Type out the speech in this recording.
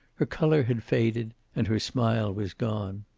her color had faded, and her smile was gone.